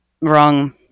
wrong